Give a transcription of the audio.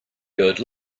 good